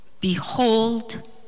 Behold